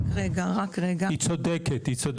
היא צודקת.